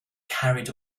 carried